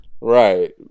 Right